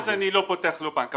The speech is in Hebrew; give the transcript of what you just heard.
אז אני לא פותח לו חשבון בנק.